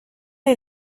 est